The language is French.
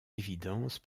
évidence